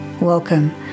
Welcome